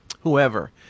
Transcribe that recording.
Whoever